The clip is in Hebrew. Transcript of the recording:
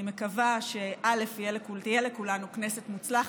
אני מקווה שתהיה לכולנו כנסת מוצלחת,